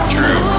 True